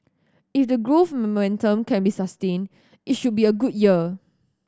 if the growth momentum can be sustained it should be a good year